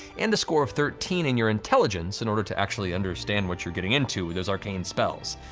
and the score of thirteen in your intelligence in order to actually understand what you're getting into those arcane spells.